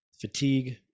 fatigue